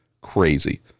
crazy